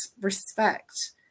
respect